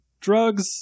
Drugs